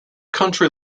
country